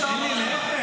תישארו שם.